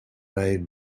made